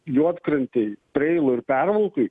juodkrantėj preiloj pervalkoj